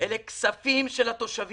אלה כספים של התושבים,